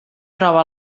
troba